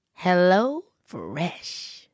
HelloFresh